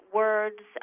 words